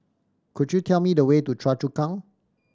could you tell me the way to Choa Chu Kang